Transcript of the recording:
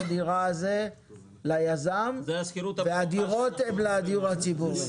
הדירה הזה ליזם והדירות הן לדיור הציבורי.